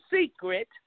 secret